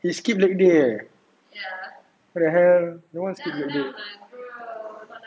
he skip leg day eh what the hell no one skip leg day